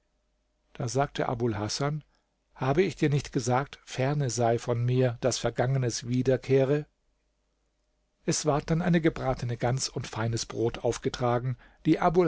da sagte abul hasan habe ich dir nicht gesagt ferne sei von mir daß vergangenes wiederkehre es ward dann eine gebratene gans und feines brot aufgetragen die